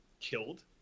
killed